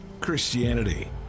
Christianity